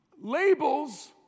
Labels